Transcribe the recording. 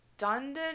redundant